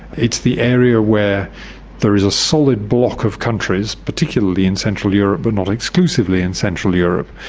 it's the area where there is a solid block of countries, particularly in central europe but not exclusively in central europe,